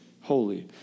holy